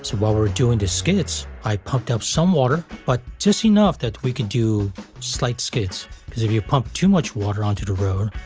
while we were doing the skids i pumped up some water but just enough that we could do slight skids because if you pump too much water onto the road,